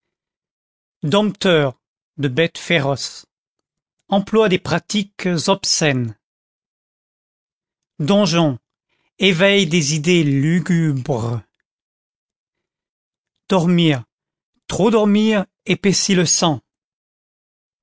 dompteurs de bêtes féroces emploient des pratiques obscènes donjon eveille des idées lugubres dormir trop dormir épaissit le sang